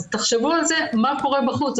אז תחשבו על זה, מה קורה בחוץ.